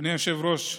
אדוני היושב-ראש,